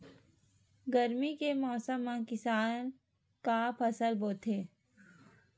गरमी के मौसम मा किसान का फसल बोथे?